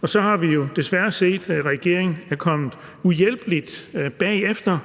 Og så har vi jo desværre set, at regeringen er kommet uhjælpeligt bagefter